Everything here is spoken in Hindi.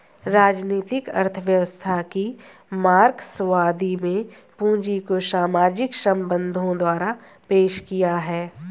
राजनीतिक अर्थव्यवस्था की मार्क्सवादी में पूंजी को सामाजिक संबंधों द्वारा पेश किया है